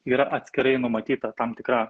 yra atskirai numatyta tam tikra